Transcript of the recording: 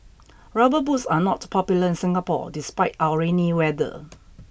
rubber boots are not popular in Singapore despite our rainy weather